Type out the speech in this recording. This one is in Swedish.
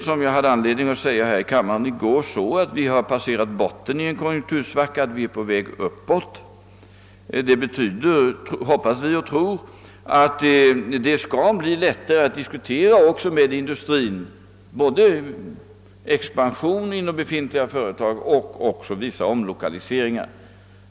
Som jag hade anledning framhålla här i kammaren i går bedömer vi konjunkturläget så att vi nu har passerat botten i en konjunktursvacka och är på väg uppåt. Vi tror och hoppas att detta skall betyda att det blir lättare att diskutera med industrins företrädare, både när det gäller expansionen inom befintliga företag och vissa omlokaliseringar.